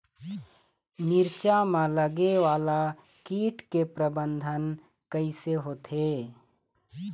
मिरचा मा लगे वाला कीट के प्रबंधन कइसे होथे?